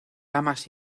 ramas